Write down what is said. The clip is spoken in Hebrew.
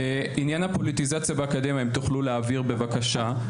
עניין הפוליטיזציה באקדמיה, שקף הבא בבקשה,